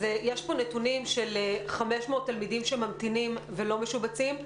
יש פה נתונים של 500 תלמידים שממתינים ולא משובצים.